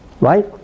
right